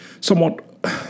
somewhat